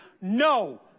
no